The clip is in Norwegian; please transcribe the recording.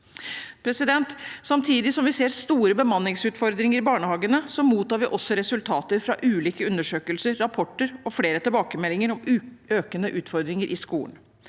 Samtidig som vi ser store bemanningsutfordringer i barnehagene, mottar vi også resultater fra ulike undersøkelser, rapporter og flere tilbakemeldinger om økende utfordringer i skolen.